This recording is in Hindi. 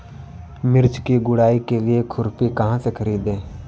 मिर्च की गुड़ाई के लिए खुरपी कहाँ से ख़रीदे?